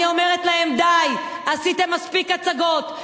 אני אומרת להם: די, עשיתם מספיק הצגות.